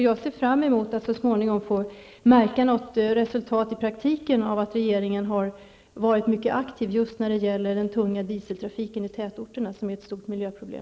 Jag ser fram emot att så småningom i praktiken få märka något resultat av att regeringen har varit aktiv när det gäller den tunga dieseltrafiken i tätorterna, som är ett stort miljöproblem.